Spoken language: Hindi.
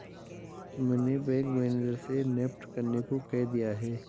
मैंने बैंक मैनेजर से नेफ्ट करने को कह दिया है